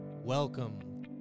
Welcome